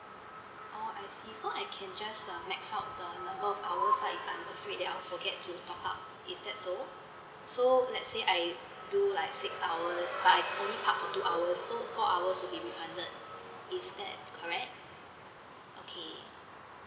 oh I see so I can just uh max up the number of hours like I'm afraid that I'll forget to top up is that so so let's say I do like six hours but I only park for two hours so four hours will be refunded is that correct okay